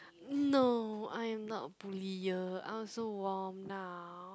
no I'm not bully you I'm so warm now